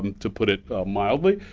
to put it mildly,